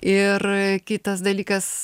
ir kitas dalykas